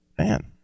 man